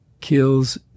kills